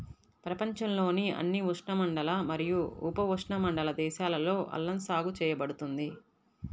ప్రపంచంలోని అన్ని ఉష్ణమండల మరియు ఉపఉష్ణమండల దేశాలలో అల్లం సాగు చేయబడుతుంది